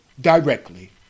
directly